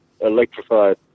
electrified